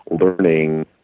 learning